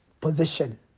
position